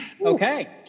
Okay